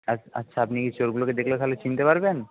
আচ্ছ আচ্ছা আপনি কি চোরগুলোকে দেখলে তাহলে চিনতে পারবেন